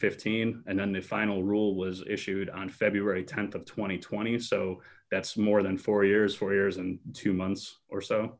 fifteen and then the final rule was issued on february th of twenty twentieth's so that's more than four years four years and two months or so